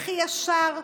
הכי ישר,